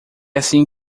assim